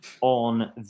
on